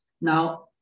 now